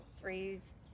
three's